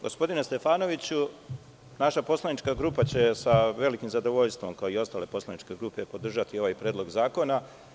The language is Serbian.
Gospodine Stefanoviću, naša poslanička grupa će sa velikim zadovoljstvom, kao i ostale poslaničke grupe, podržati ovaj predlog zakona.